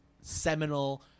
seminal